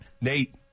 Nate